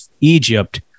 Egypt